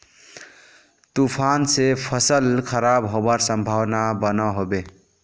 तूफान से फसल खराब होबार संभावना बनो होबे?